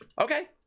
Okay